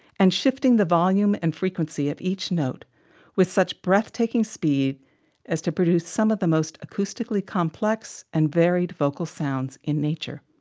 and shifting the volume and frequency of each note with such breathtaking speed as to produce some of the most acoustically complex and varied vocal sounds in nature.